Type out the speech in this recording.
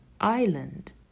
island